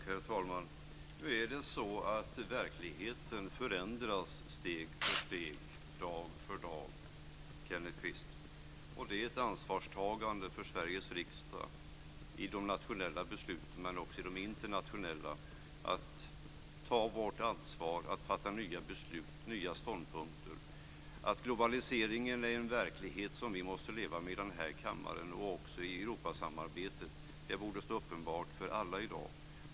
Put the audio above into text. Herr talman! Nu är det så att verkligheten förändras steg för steg och dag för dag, Kenneth Kvist. Sveriges riksdag måste ta ett ansvar för det i de nationella besluten, men också i de internationella. Vi måste ta vårt ansvar och fatta nya beslut och inta nya ståndpunkter. Att globaliseringen är en verklighet som vi måste leva med i denna kammare och också i Europasamarbetet borde vara uppenbart för alla i dag.